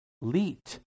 Leet